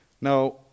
Now